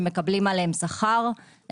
שמקבלים עליהם שכר,